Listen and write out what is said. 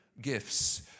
gifts